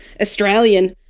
Australian